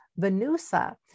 Venusa